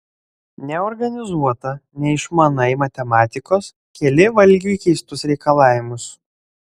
neorganizuota neišmanai matematikos keli valgiui keistus reikalavimus